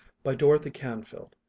by dorothy canfield